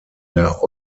der